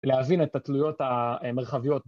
להבין את התלויות המרחביות